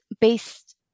based